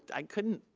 i couldn't,